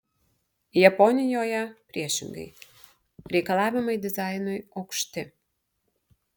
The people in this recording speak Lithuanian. japonijoje priešingai reikalavimai dizainui aukšti